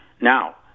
Now